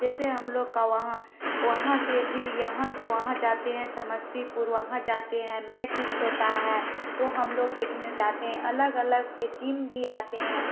जैसे हम लोग का वहाँ वहाँ से फिर यहाँ से वहाँ जाते है समस्तीपुर वहाँ जाते है मैच उच्च होता है तो हम लोग देखने जाते है अलग अलग से टीम भी आते हैं